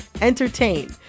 entertain